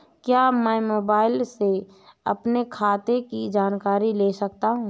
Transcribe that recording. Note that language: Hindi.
क्या मैं मोबाइल से अपने खाते की जानकारी ले सकता हूँ?